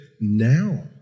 now